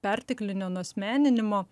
perteklinio nuasmeninimo